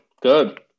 Good